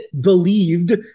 believed